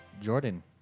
Jordan